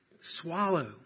swallow